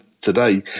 today